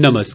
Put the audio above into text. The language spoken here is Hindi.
नमस्कार